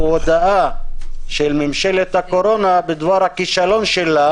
הוא הודאה של ממשלת הקורונה בדבר הכישלון שלה